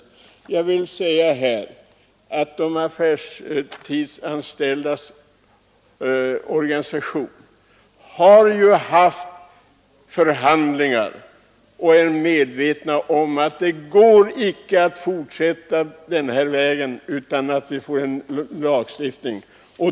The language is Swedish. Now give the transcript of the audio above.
De affärsanställdas organisation har fört förhandlingar med sin motpart, och man är medveten om att det inte går att fortsätta den vägen utan att det fordras en lagstiftning.